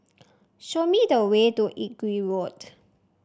show me the way to Inggu Road